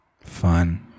Fun